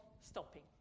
stopping